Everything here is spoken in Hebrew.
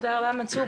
תודה רבה, מנסור.